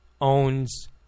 owns